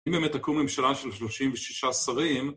אם באמת תקום ממשלה של 36 שרים